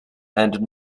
and